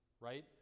right